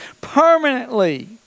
permanently